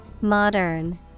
Modern